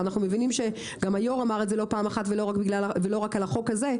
אנחנו מבינים שגם היו"ר אמר את זה לא פעם אחת ולא רק על החוק הזה,